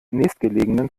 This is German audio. nächstgelegenen